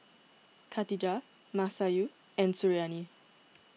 Khatijah Masayu and Suriani